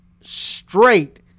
straight